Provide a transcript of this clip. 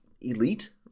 elite